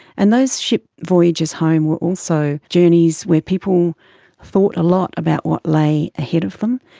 and those ship voyages home were also journeys where people thought a lot about what lay ahead of them.